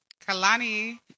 Kalani